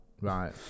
Right